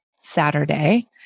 Saturday